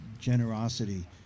generosity